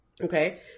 Okay